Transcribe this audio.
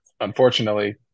unfortunately